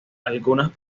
algunas